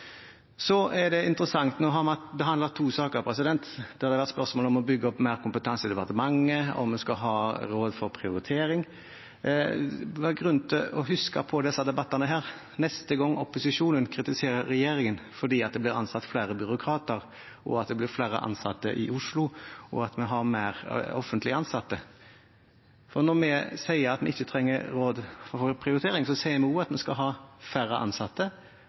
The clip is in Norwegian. vært spørsmål om å bygge opp mer kompetanse i departementet, og om vi skal ha et råd for prioritering. Det er grunn til å huske disse debattene neste gang opposisjonen kritiserer regjeringen for at det blir ansatt flere byråkrater, for at det blir flere ansatte i Oslo, og for at vi har flere offentlig ansatte. Når vi sier at vi ikke trenger et råd for prioritering, sier vi også at vi skal ha færre ansatte